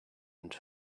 and